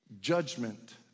judgment